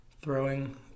throwing